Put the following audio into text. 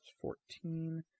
Fourteen